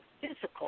physical